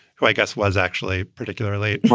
who i guess was actually particularly.